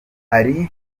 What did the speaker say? ari